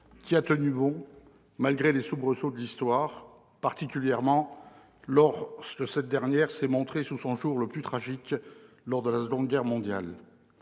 qui a tenu bon malgré les soubresauts de l'histoire, particulièrement lorsque cette dernière s'est montrée sous son jour le plus tragique, lors de la Seconde Guerre mondiale.